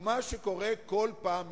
הוא מה שקורה כל פעם מחדש,